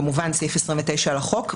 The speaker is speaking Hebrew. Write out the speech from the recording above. כמובן סעיף 29 לחוק,